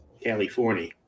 California